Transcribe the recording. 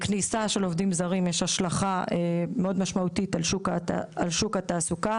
לכניסה של עובדים זרים יש השלכה מאוד משמעותית על שוק התעסוקה.